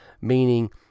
meaning